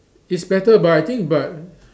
it's better but I think but